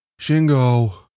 Shingo